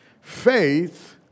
Faith